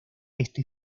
este